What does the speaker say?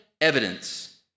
evidence